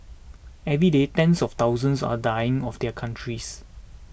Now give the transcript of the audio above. every day tens of thousands are dying of their countries